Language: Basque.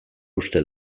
uste